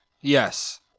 Yes